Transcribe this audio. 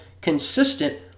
consistent